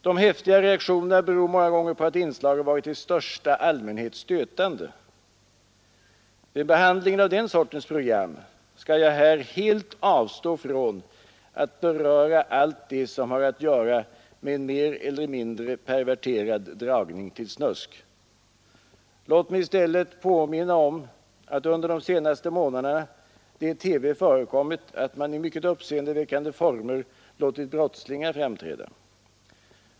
De häftiga reaktionerna beror många gånger på att inslagen varit i största allmänhet stötande. Vid behandlingen av den sortens program skall jag helt avstå från att beröra allt det som har att göra med en mer eller mindre perverterad dragning till snusk. Låt mig i stället påminna om att under de senaste månaderna det i TV förekommit att man i mycket uppseendeväckande former låtit brottslingar framträda.